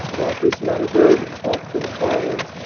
the office manager would talk to the client